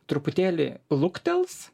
truputėlį luktels